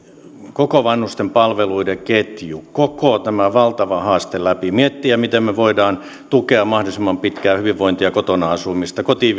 koko vanhustenpalveluiden ketju koko tämä valtava haaste läpi ja miettiä miten me voimme tukea mahdollisimman pitkää hyvinvointia ja kotona asumista kotiin